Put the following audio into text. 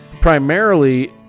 primarily